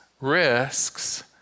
Risks